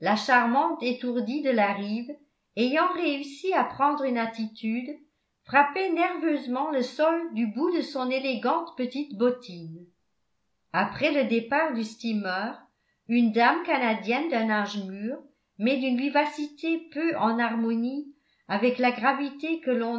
charmante étourdie de la rive ayant réussi à prendre une attitude frappait nerveusement le sol du bout de son élégante petite bottine après le départ du steamer une dame canadienne d'un âge mûr mais d'une vivacité peu en harmonie avec la gravité que l'on